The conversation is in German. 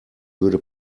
würde